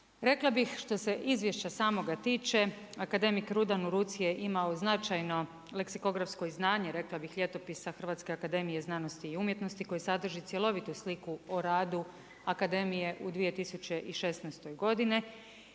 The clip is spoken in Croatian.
Rekla bih što se izvješća samoga tiče, akademik Rudan u ruci je imao značajno leksikografsko znanje, rekla bih Ljetopisa HAZU koji sadrži cjelovitu sliku o radu akademije u 2016. godini,